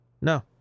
No